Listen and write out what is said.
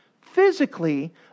physically